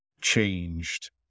changed